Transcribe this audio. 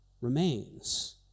remains